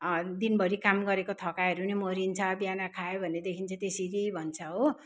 दिनभरि काम गरेको थकाइहरू पनि मारिन्छ बिहान खायो भनेदेखि चाहिँ त्यसरी भन्छ हो